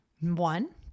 One